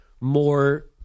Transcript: more